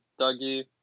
Dougie